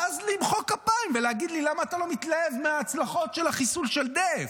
ואז למחוא כפיים ולהגיד לי: למה אתה לא מתלהב מההצלחות של החיסול של דף,